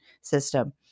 system